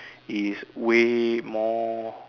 is way more